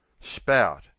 spout